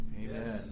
Amen